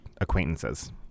acquaintances